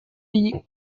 die